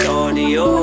audio